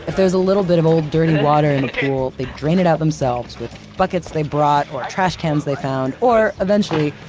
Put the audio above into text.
if there was a little bit of old, dirty water in the pool, they'd drain it out themselves with buckets they brought, or trash cans they found, or, eventually,